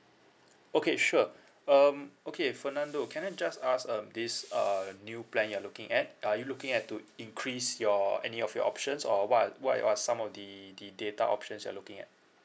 okay sure um okay fernando can I just ask um this uh new plan you are looking at are you looking at to increase your any of your options or what are what are some of the the data options you're looking at